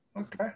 Okay